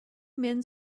men